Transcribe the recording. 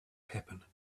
happen